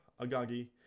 Agagi